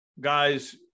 guys